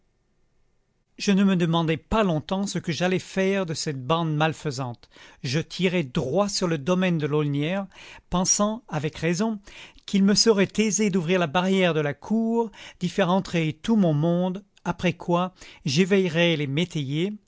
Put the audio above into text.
je ne me demandai pas longtemps ce que j'allais faire de cette bande malfaisante je tirai droit sur le domaine de l'aulnières pensant avec raison qu'il me serait aisé d'ouvrir la barrière de la cour d'y faire entrer tout mon monde après quoi j'éveillerais les métayers